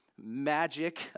magic